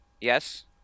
Yes